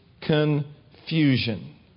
confusion